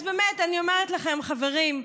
אז באמת, אני אומרת לכם, חברים: